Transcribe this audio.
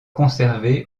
conservée